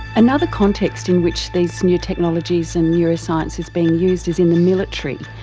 another context in which these new technologies and neuroscience is being used is in the military.